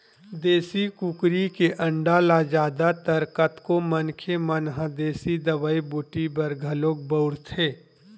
देसी कुकरी के अंडा ल जादा तर कतको मनखे मन ह देसी दवई बूटी बर घलोक बउरथे